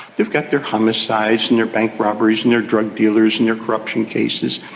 they've got their homicides and their bank robberies and their drug dealers and their corruption cases.